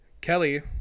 kelly